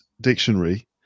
Dictionary